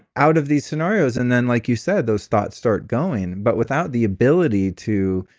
out of these scenarios, and then like you said, those thoughts start going but without the ability to,